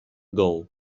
goal